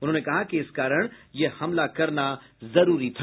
उन्होंने कहा कि इस कारण यह हमला करना जरूरी था